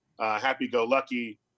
happy-go-lucky